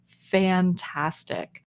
fantastic